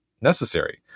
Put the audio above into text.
necessary